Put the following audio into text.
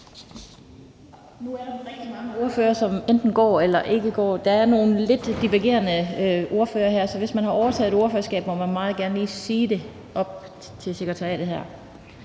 Nu er der rigtig mange ordførere, som enten går eller ikke går. Der er nogle lidt divergerende ordførerskaber, så hvis man har overtaget en andens ordførerskab, må man meget gerne lige sige det til sekretæren heroppe.